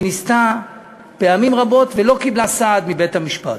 היא ניסתה פעמים רבות, ולא קיבלה סעד מבית-המשפט.